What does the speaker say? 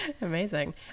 amazing